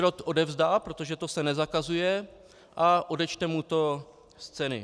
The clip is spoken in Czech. Šrot odevzdá, protože to se nezakazuje, a odečte mu to z ceny.